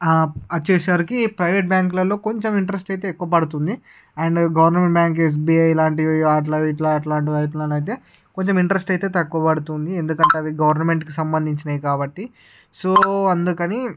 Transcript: వచ్చేసరికి ప్రైవేట్ బ్యాంకులలో కొంచెం ఇంట్రెస్ట్ అయితే ఎక్కువ పడుతుంది అండ్ గవర్నమెంట్ బ్యాంకులు ఎస్బిఐ ఇలాంటివి అట్లా ఇట్లా అలాంటివి అయితే కొంచెం ఇంట్రెస్ట్ అయితే తక్కువ పడుతుంది ఎందుకంటే అవి గవర్నమెంట్కి సంబంధించినవి కాబట్టి సో అందుకని